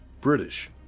British